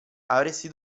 avresti